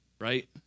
right